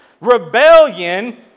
Rebellion